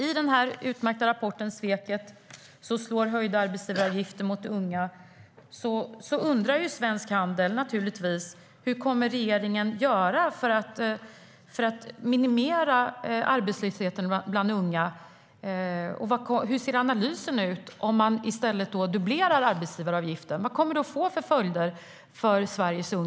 I den utmärkta rapporten Sveket - så slår höjda arbetsgivaravgifter mot unga undrar Svensk Handel hur regeringen kommer att göra för att minimera arbetslösheten bland unga. Hur ser analysen ut? Vad kommer det att få för följer för Sveriges unga om man i stället dubblerar arbetsgivaravgiften?